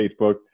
Facebook